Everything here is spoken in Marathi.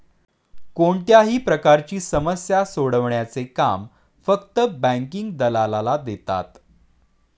कोणत्याही प्रकारची समस्या सोडवण्याचे काम फक्त बँकिंग दलालाला देतात